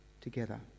together